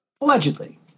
Allegedly